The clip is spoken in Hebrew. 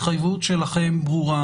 התחייבות ברורה